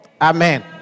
Amen